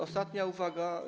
Ostatnia uwaga.